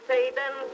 Satan